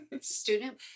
Student